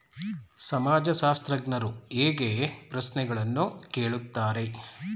ಸಮಾಜಶಾಸ್ತ್ರಜ್ಞರು ಹೇಗೆ ಪ್ರಶ್ನೆಗಳನ್ನು ಕೇಳುತ್ತಾರೆ?